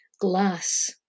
glass